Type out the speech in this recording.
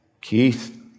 Keith